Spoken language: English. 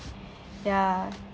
ya